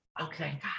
okay